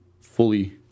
fully